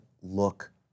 look